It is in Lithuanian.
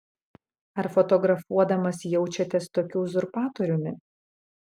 ar fotografuodamas jaučiatės tokiu uzurpatoriumi